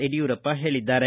ಯಡಿಯೂರಪ್ಪ ಹೇಳಿದ್ದಾರೆ